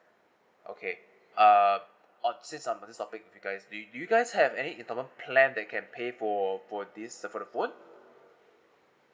okay uh on say some I'd say something you guys do you do you guys have any installment plan that can pay for for this uh for the phone